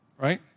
right